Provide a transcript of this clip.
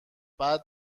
بعد